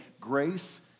grace